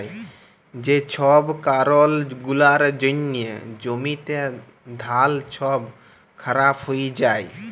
যে ছব কারল গুলার জ্যনহে জ্যমিতে ধাল ছব খারাপ হঁয়ে যায়